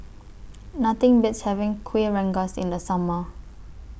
Nothing Beats having Kuih Rengas in The Summer